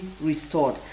restored